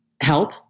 help